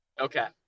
Okay